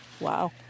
Wow